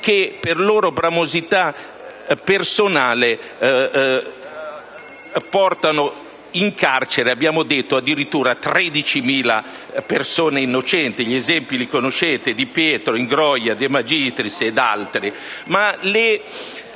che, per loro bramosia personale, portano in carcere, abbiamo detto, addirittura 13.000 persone innocenti. Gli esempi li conoscete: Di Pietro, Ingroia, De Magistris e altri.